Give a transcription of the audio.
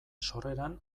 sorreran